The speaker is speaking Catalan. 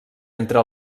entre